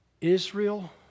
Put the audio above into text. Israel